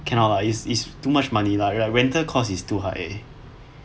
cannot lah is is too much money lah rental cost is too high